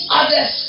others